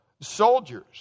Soldiers